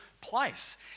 place